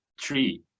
three